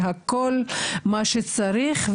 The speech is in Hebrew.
וכל מה שצריך.